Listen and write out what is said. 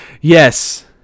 yes